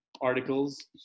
articles